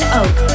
oak